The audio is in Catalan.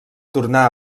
tornà